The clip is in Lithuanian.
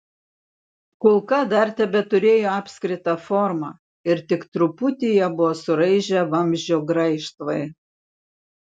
kulka dar tebeturėjo apskritą formą ir tik truputį ją buvo suraižę vamzdžio graižtvai